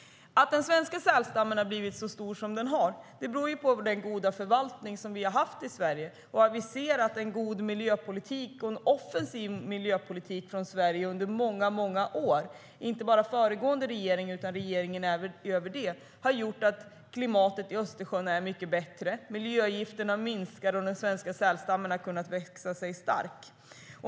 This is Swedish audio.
Att den svenska sälstammen har blivit så stor som den har blivit beror på den goda förvaltning som vi har haft i Sverige. Vi har aviserat en god och offensiv miljöpolitik från Sverige under många år. Det gäller inte bara föregående regering utan även regeringar före den. Det har gjort att klimatet i Östersjön är mycket bättre. Miljögifterna minskar, och den svenska sälstammen har kunnat växa sig stark.